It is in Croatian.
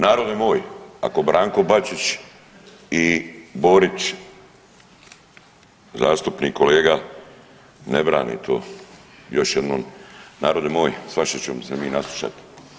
Narode moj ako Branko Bačić i Borić zastupnik kolega ne brani to, još jednom, narode moj svašta ćemo se mi naslušati.